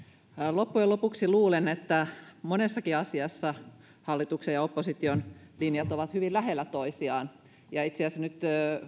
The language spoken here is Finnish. loppujen lopuksi luulen että monessakin asiassa hallituksen ja opposition linjat ovat hyvin lähellä toisiaan itse asiassa nyt